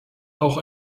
auch